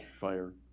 fire